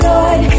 Lord